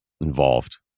involved